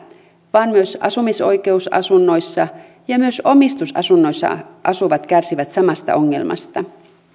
vaan myös asumisoikeusasunnoissa ja ja myös omistusasunnoissa asuvat kärsivät samasta ongelmasta